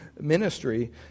ministry